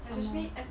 ya lor